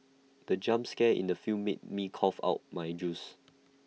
the jump scare in the film made me cough out my juice